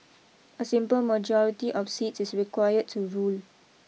a simple majority of seats is required to rule